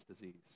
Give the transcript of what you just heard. disease